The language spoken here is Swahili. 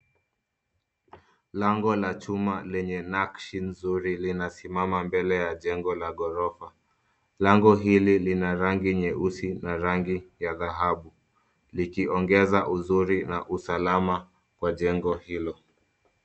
Lango la chuma lenye nakshi nzuri linasimama mbele ya jengo la ghorofa. Lango hili lina rangi nyeusi na rangi ya dhahabu likiongeza uzuri na usalama kwa jengo hilo.